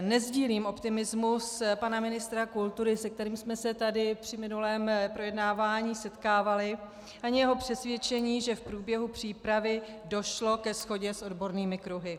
Nesdílím optimismus pana ministra kultury, se kterým jsme se tady při minulém projednávání setkávali, ani jeho přesvědčení, že v průběhu přípravy došlo ke shodě s odbornými kruhy.